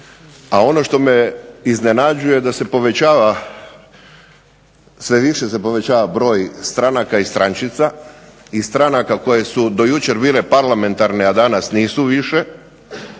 a ono što me iznenađuje da se povećava broj stranaka i strančica i stranaka koje su do jučer bile parlamentarne, a danas nisu više